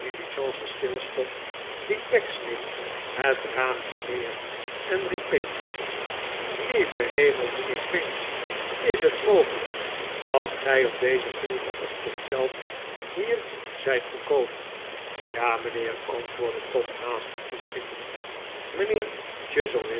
diligence stilstond liet pecksniff het raampje neer en riep pinch lieve hemel mijnheer pinch is het mogelijk dat gij op dezen guren ochtend zelf hier zijt gekomen ja mijnheer antwoordde tom haastig toeschietend